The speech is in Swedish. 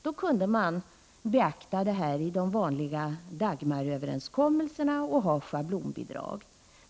Då kunde man beakta detta i de vanliga Dagmaröverenskommelserna och ha schablonbidrag.